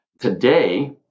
Today